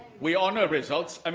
we honour results. um